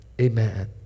amen